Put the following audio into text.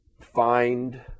find